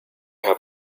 have